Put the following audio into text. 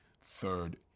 third